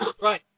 Right